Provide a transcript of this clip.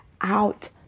out